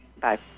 Bye